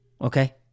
Okay